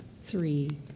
three